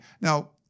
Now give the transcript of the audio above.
now